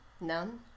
None